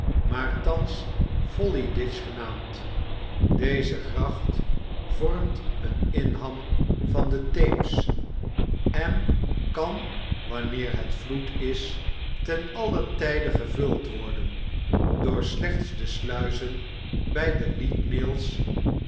maar thans folly ditch genaamd deze gracht vormt een inham van den theems en kan wanneer het vloed is ten allen tijde gevuld worden door slechts de sluizen bij de lead mills